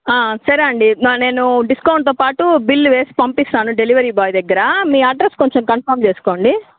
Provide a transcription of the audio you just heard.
సరే అండి నేను డిస్కౌంట్తో పాటు బిల్లు వేసి పంపిస్తాను డెలివరీ బాయ్ దగ్గర మీ అడ్రెస్స్ కొంచెం కన్ఫార్మ్ చేసుకోండి